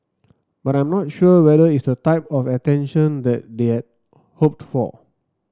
but I'm not sure whether it's the type of attention that they had hoped for